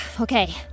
Okay